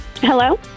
Hello